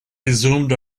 resumed